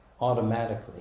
automatically